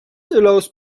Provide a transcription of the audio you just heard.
allows